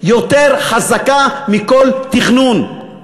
יותר חזקה מכל תכנון.